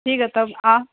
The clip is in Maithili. ठीक हइ तब आ